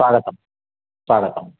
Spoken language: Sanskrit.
स्वागतं स्वागतम्